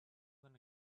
than